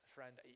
Friend